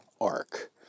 arc